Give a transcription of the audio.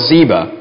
Ziba